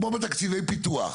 כמו בתקציבי פיתוח.